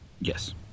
Yes